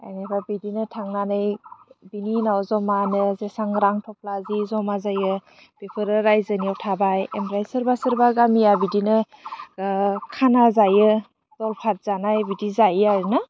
आनिफ्राय बिदिनो थांनानै बेनि उनाव जमानो जेसां रां थफ्ला जि जमा जायो बेफोरो रायजोनियाव थाबाय एमफाय सोरबा सोरबा गामिया बिदिनो खाना जायो गलपाट जानाय बिदि जायो आरोना